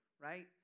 right